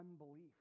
unbelief